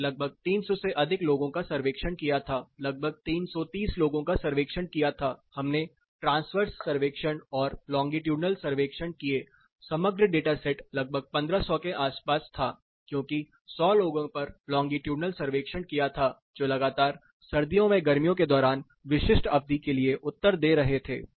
हमने लगभग 300 से अधिक लोगों का सर्वेक्षण किया था लगभग 330 लोगों का सर्वेक्षण किया था हमने ट्रांसवर्स सर्वेक्षण और लोंगिट्यूडनल सर्वेक्षण किए समग्र डेटा सेट लगभग 1500 के आसपास था क्योंकि 100 लोगों पर लोंगिट्यूडनल सर्वेक्षण किया था जो लगातार सर्दियों व गर्मियों के दौरान विशिष्ट अवधि के लिए उत्तर दे रहे थे